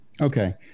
Okay